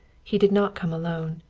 he did not come alone.